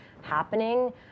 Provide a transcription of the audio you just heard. happening